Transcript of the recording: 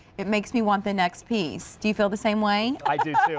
it makes me want the next piece. do you feel the same way? i do.